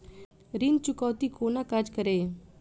ऋण चुकौती कोना काज करे ये?